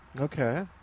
Okay